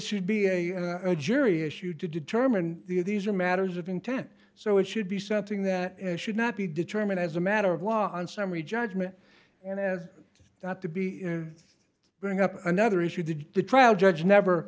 should be a jury issue to determine these are matters of intent so it should be something that should not be determined as a matter of law and summary judgment and as not to be bring up another issue to the trial judge never